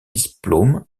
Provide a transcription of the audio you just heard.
diplôme